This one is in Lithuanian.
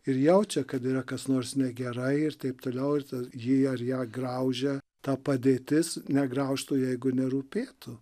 ir jaučia kad yra kas nors negerai ir taip toliau ir tad jį ar ją graužia ta padėtis negraužtų jeigu nerūpėtų